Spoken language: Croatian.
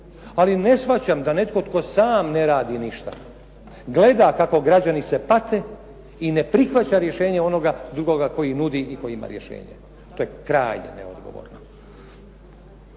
ali ne shvaćam da netko tko sam ne radi ništa, gleda kako građani se pate i ne prihvaća rješenje onoga drugoga koji nudi i koji ima rješenje. To je krajnje neodgovorno.